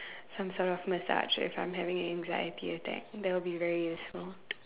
some sort of massage if I am having an anxiety attack that will be very useful